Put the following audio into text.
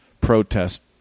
protest